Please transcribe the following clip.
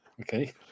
Okay